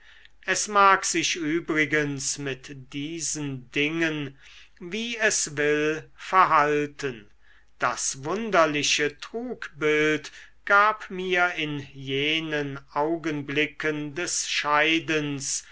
es mag sich übrigens mit diesen dingen wie es will verhalten das wunderliche trugbild gab mir in jenen augenblicken des scheidens